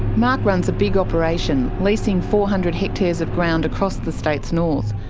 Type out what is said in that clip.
mark runs a big operation, leasing four hundred hectares of ground across the state's north.